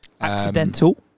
Accidental